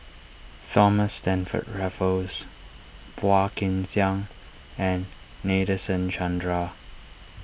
Thomas Stamford Raffles Phua Kin Siang and Nadasen Chandra